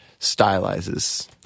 stylizes